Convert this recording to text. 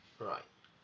alright